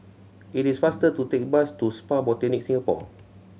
it is faster to take the bus to Spa Botanica Singapore